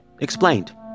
Explained